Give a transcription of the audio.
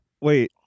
Wait